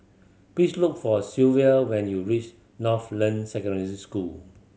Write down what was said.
please look for Silvia when you reach Northland Secondary School